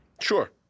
Sure